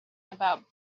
about